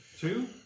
Two